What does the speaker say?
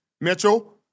Mitchell